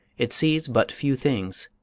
it sees but few things,